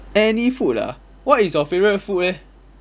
any food ah what is your favourite food eh